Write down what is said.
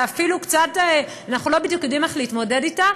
ואפילו אנחנו לא יודעים בדיוק איך להתמודד אתה,